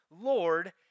Lord